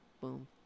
Boom